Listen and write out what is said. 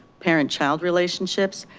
parent child relationships,